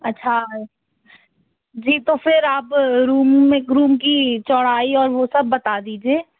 अच्छा जी तो फिर आप रूम में रूम की चौड़ाई और वो सब बता दीजिए